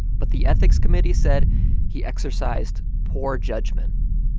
but the ethics committee said he exercised poor judgment.